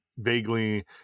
Vaguely